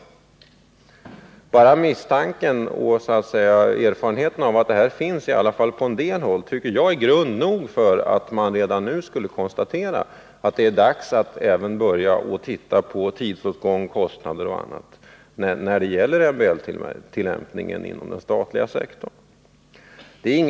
Misstanken om och erfarenheten av att det är så, i varje fall på en del håll, tycker jag är grund nog för att redan nu konstatera att det är dags att även börja titta på tidsåtgång, kostnader och annat när det gäller MBL-tillämpningen inom den statliga sektorn.